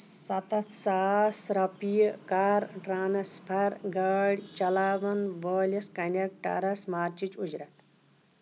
ستَتھ ساس رۄپیہِ کَر ٹرٛانٕسفر گٲڑۍ چلاوان وٲلِس کنیکٹرس مارچٕچ اُجرت